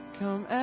come